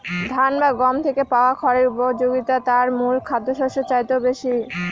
ধান বা গম থেকে পাওয়া খড়ের উপযোগিতা তার মূল খাদ্যশস্যের চাইতেও বেশি